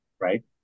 right